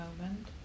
moment